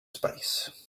space